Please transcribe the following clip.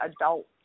adult